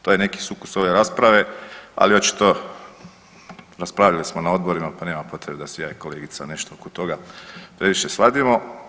To je neki sukus ove rasprave ali očito raspravljali smo na odborima pa nema potrebe da se ja i kolegica nešto oko toga previše svadimo.